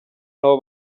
nabo